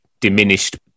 diminished